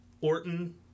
Orton